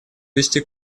вести